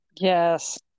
Yes